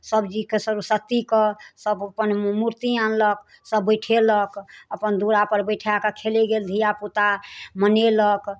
सब जीके सरस्वतीके सब अपन मूर्ति आनलक सब बैठेलक अपन दूरापर बैठा कऽ खेलै गेल धियापुता मनेलक